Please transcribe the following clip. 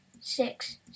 six